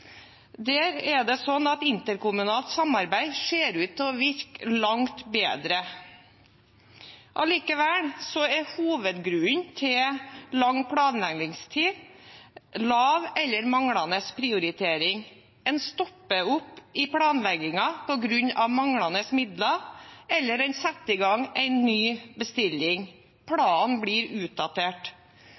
Der er det slik at interkommunalt samarbeid ser ut til å virke langt bedre. Allikevel er hovedgrunnen til lang planleggingstid lav eller manglende prioritering. En stopper opp i planleggingen på grunn av manglende midler, eller en setter i gang en ny bestilling – planen blir utdatert.